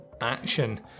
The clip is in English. action